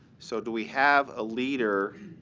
so do we have a leader